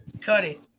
Cody